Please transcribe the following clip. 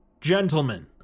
Gentlemen